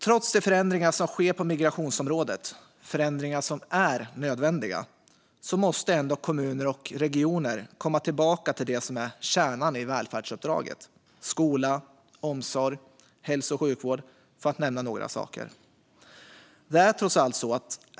Trots de förändringar som sker på migrationsområdet, förändringar som är nödvändiga, måste ändå kommuner och regioner komma tillbaka till det som är kärnan i välfärdsuppdraget: skola, omsorg och hälso och sjukvård, för att nämna några saker.